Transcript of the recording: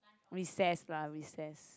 recess lah recess